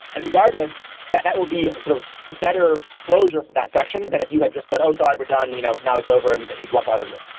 and regardless, that that will be sort of a better closure for that section than if you had just said, oh, sorry. we're done. you know now it's over, and that you'd walk out of the room.